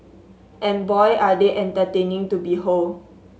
and boy are they entertaining to behold